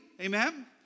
amen